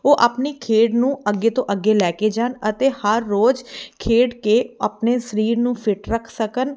ਉਹ ਆਪਣੀ ਖੇਡ ਨੂੰ ਅੱਗੇ ਤੋਂ ਅੱਗੇ ਲੈ ਕੇ ਜਾਣ ਅਤੇ ਹਰ ਰੋਜ਼ ਖੇਡ ਕੇ ਆਪਣੇ ਸਰੀਰ ਨੂੰ ਫਿਟ ਰੱਖ ਸਕਣ